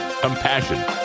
compassion